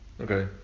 Okay